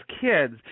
kids